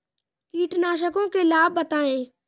कीटनाशकों के लाभ बताएँ?